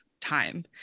time